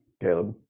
Caleb